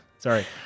Sorry